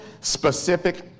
specific